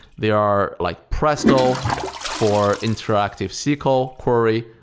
they are like presto for interactive sql query,